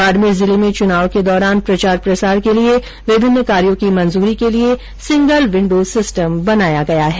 बाडमेर जिले में चुनाव के दौरान प्रचार प्रसार के लिये विभिन्न कार्यो की मजूरी के लिये सिंगल विंडो सिस्टम बनाया गया है